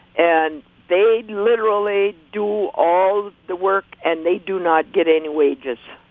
and they literally do all the work, and they do not get any wages.